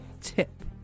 tip